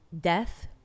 death